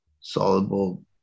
soluble